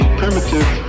primitive